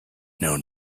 known